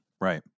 right